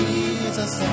Jesus